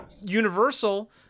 Universal